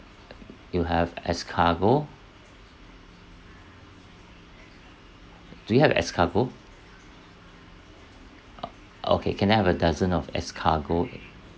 you have escargot do you have escargot uh okay can have a dozen of escargot